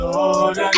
Lord